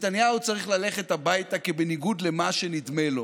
נתניהו צריך ללכת הביתה, כי בניגוד למה שנדמה לו